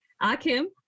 Akim